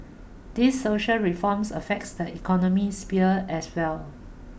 these social reforms affects the economic sphere as well